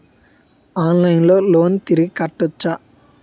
ఆన్లైన్లో లోన్ తిరిగి కట్టోచ్చా?